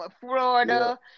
Florida